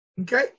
Okay